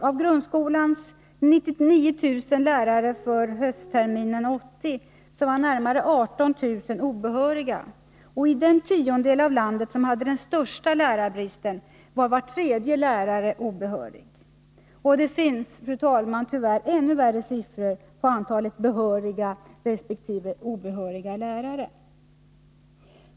Av grundskolans 99 000 lärare höstterminen 1980 var närmare 18 000 obehöriga, och i den tiondel av landet som hade den största lärarbristen var var tredje lärare obehörig. Och det finns, fru talman, tyvärr, ännu värre siffror på antalet behöriga resp. obehöriga lärare.